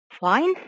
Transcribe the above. Fine